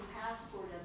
passport